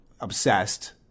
Obsessed